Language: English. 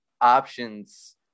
options